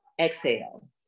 exhale